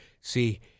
See